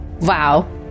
Wow